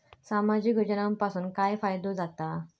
सामाजिक योजनांपासून काय फायदो जाता?